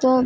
تو